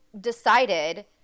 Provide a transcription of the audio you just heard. decided